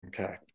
Okay